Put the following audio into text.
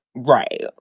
Right